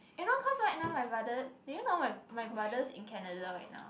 eh you know cause right now my brother do you know my my brother's in Canada right now